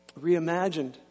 reimagined